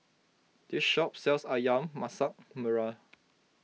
this shop sells Ayam Masak Merah